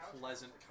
pleasant